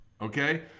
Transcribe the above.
okay